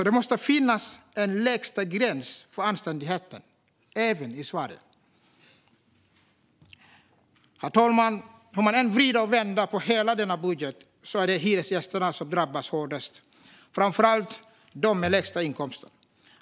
Det måste finnas en lägsta gräns för anständigheten även i Sverige. Herr talman! Hur man än vrider och vänder på denna budget är det hyresgästerna som drabbas hårdast, och det gäller framför allt de med lägst inkomster.